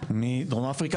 מדרום אפריקה.